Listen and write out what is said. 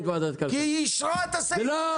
באשראי של כרטיס אשראי חוץ בנקאי ממוצע הריבית הכי גבוה שיש,